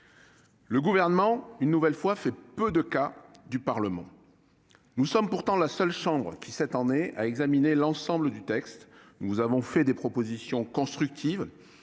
Le Gouvernement, une nouvelle fois, fait peu de cas du Parlement. Nous sommes pourtant la seule chambre qui, cette année, a examiné l'ensemble du texte. Nous vous avons fait des propositions constructives.